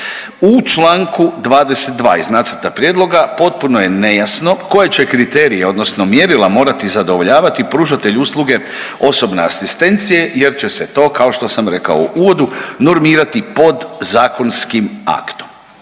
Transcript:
U čl. 22 iz nacrta Prijedloga potpuno je nejasno koje će kriterije odnosno mjerila morati zadovoljavati pružatelj usluge osobne asistencije jer će se to kao što sam rekao u uvodu, normirati podzakonskim aktom.